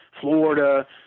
Florida